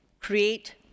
create